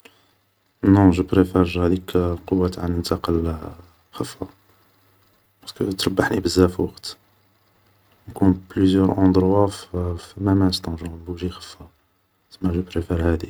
نو جو بريفار هديك القوة تاع ننتقل خفة, بارسكو تربحني بزاف وقت, نكون في بليزيور اوندروا او مام انستون, جونغ نبوجي خفة, سما جو بريفار هادي